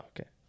Okay